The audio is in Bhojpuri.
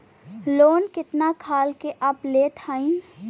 लोन कितना खाल के आप लेत हईन?